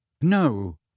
No